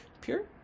Pure